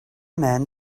men